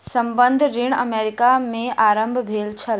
संबंद्ध ऋण अमेरिका में आरम्भ भेल छल